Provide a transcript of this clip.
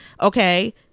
Okay